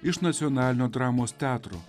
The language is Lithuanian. iš nacionalinio dramos teatro